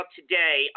today